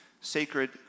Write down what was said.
sacred